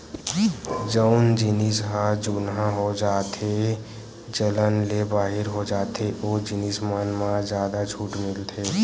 जउन जिनिस ह जुनहा हो जाथेए चलन ले बाहिर हो जाथे ओ जिनिस मन म जादा छूट मिलथे